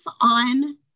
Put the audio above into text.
on